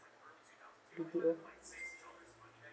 B_T_O